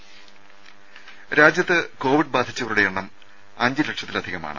രുമ രാജ്യത്ത് കോവിഡ് ബാധിച്ചവരുടെ എണ്ണം അഞ്ച് ലക്ഷത്തിലധികമാണ്